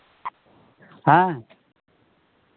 ᱦᱮᱸ